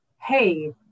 hey